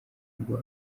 ngo